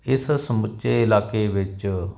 ਇਸ ਸਮੁੱਚੇ ਇਲਾਕੇ ਵਿੱਚ